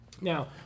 Now